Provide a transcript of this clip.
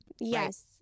Yes